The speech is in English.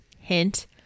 hint